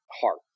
heart